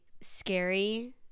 scary